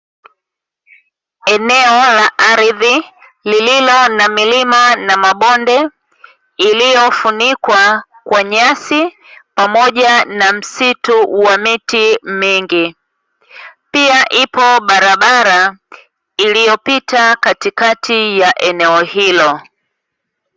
Eneo la ardhi lililo na milima na mabonde iliyofunikwa kwa nyasi pamoja na msitu wa miti mingi, pia ipo barabara iliyopita katikati ya eneo hilo.